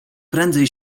prędzej